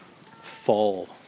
fall